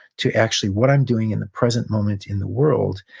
to actually what i'm doing in the present moment in the world,